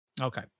Okay